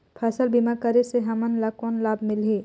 फसल बीमा करे से हमन ला कौन लाभ मिलही?